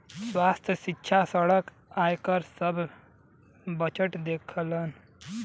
स्वास्थ्य, सिक्षा, सड़क, आयकर सब विभाग बजट देवलन